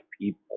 people